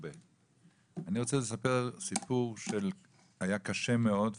אני רוצה לספר סיפור שהיה קשה מאוד,